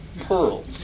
pearl